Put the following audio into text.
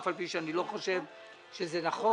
אף על פי שאני לא חושב שזה נכון,